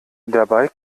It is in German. dabei